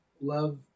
love